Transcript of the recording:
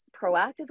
proactively